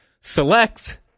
select